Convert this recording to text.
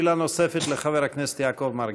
שאלה נוספת לחבר הכנסת יעקב מרגי.